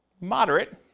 Moderate